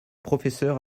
professeur